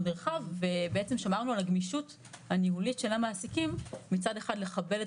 נרחב ובעצם שמרנו על הגמישות הניהולית של המעסיקים מצד אחד לכבד את